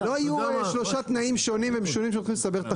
לא יהיו שלושה תנאים שונים ומשונים שהולכים לסבך את החקיקה.